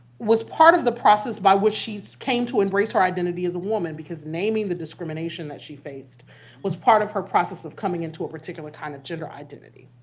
was part of the process by which she came to embrace her identity as a woman because naming the discrimination that she faced was part of her process of coming into a particular kind of gender identity.